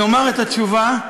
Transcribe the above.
אני אומַר את התשובה,